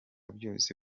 byose